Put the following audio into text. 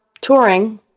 touring